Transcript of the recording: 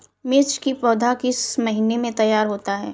मिर्च की पौधा किस महीने में तैयार होता है?